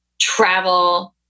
travel